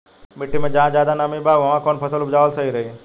मिट्टी मे जहा जादे नमी बा उहवा कौन फसल उपजावल सही रही?